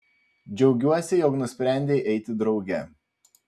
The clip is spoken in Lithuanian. džiaugiuosi jog nusprendei eiti drauge